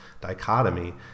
dichotomy